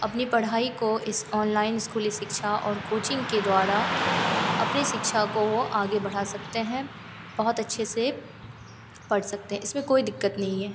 अपनी पढ़ाई को इस ऑनलाइन स्कूली शिक्षा और कोचिंग के द्वाड़ा अपनी शिक्षा को वे आगे बढ़ा सकते हैं बहुत अच्छे से पढ़ सकते हैं इसमें कोई दिक़्क़त नहीं है